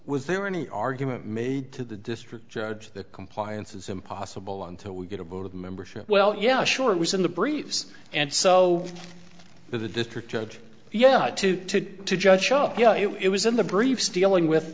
was there any argument made to the district judge that compliance is impossible until we get a vote of membership well yeah sure it was in the briefs and so the district judge yeah to to to just show you know it was in the briefs dealing with